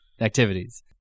activities